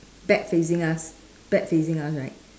back facing us back facing us right